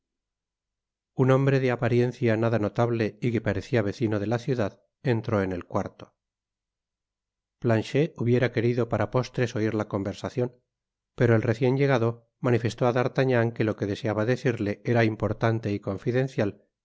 un hombre de apariencia nada notable y que parecia vecino de la ciudad entró en el cuarto planchet hubiera querido para postres oir la conversacion pero el recien llegado manifestó á d'artagnan que lo que deseaba decirle era importante y confidencial